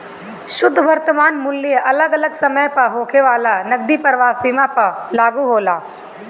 शुद्ध वर्तमान मूल्य अगल अलग समय पअ होखे वाला नगदी प्रवाह सीमा पअ लागू होला